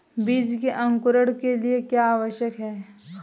बीज के अंकुरण के लिए क्या आवश्यक है?